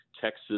Texas